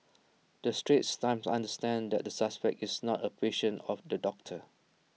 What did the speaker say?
the straits times understands that the suspect is not A patient of the doctor